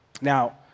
Now